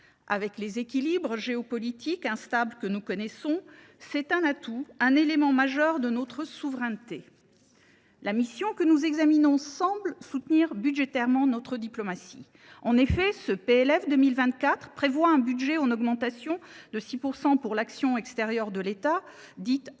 vu des équilibres géopolitiques instables que nous connaissons, c’est un atout, un élément majeur de notre souveraineté. La mission que nous examinons semble soutenir budgétairement notre diplomatie. En effet, le PLF 2024 prévoit un budget en augmentation de 6 % pour la mission « Action extérieure de l’État », dont